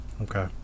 Okay